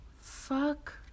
Fuck